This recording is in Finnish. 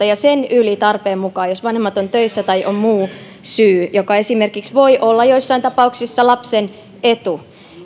ja sen yli tarpeen mukaan jos vanhemmat ovat töissä tai on muu syy joka esimerkiksi voi olla joissain tapauksissa lapsen etu